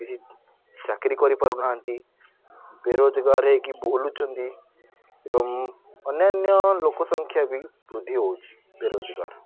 କିଛି ଚାକିରି କରିପାରୁନାହାନ୍ତି ବେରୋଜଗାର ହୋଇକି ବୁଲୁଛନ୍ତି ଏବଂ ଅନ୍ୟାନ୍ୟ ଲୋକ ସଂଖ୍ୟାବି ବୃଦ୍ଧି ହେଉଛି ବେରୋଜଗାର